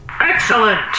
Excellent